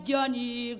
Johnny